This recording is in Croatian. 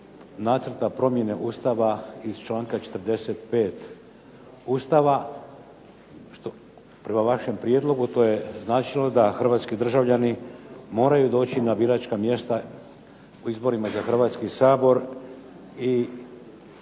nacrta promjene Ustava iz članka 45. Ustava. Prema vašem prijedlogu to bi značilo da hrvatski državljani moraju doći na biračka mjesta u izborima za Hrvatski sabor i